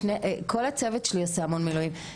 כל הצוות שלי עושה המון מילואים,